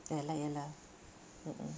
ya lah ya lah mm mm